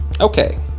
okay